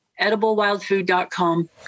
ediblewildfood.com